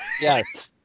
Yes